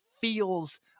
feels